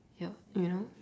your you know